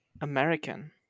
American